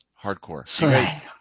hardcore